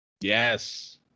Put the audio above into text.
Yes